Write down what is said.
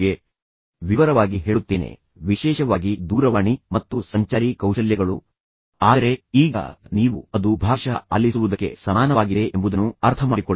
ಮುಂದಿನ ದಿನಗಳಲ್ಲಿ ನಾನು ಈ ಬಗ್ಗೆ ವಿವರವಾಗಿ ಹೇಳುತ್ತೇನೆ ವಿಶೇಷವಾಗಿ ದೂರವಾಣಿ ಕೌಶಲ್ಯಗಳು ಮತ್ತು ಸಂಚಾರಿ ಕೌಶಲ್ಯಗಳ ಬಗ್ಗೆ ಉಪನ್ಯಾಸ ನೀಡುತ್ತೇನೆ ಆದರೆ ಈಗ ನೀವು ಅದು ಭಾಗಶಃ ಆಲಿಸುವುದಕ್ಕೆ ಸಮಾನವಾಗಿದೆ ಎಂಬುದನ್ನು ಅರ್ಥಮಾಡಿಕೊಳ್ಳಿ